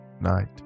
Night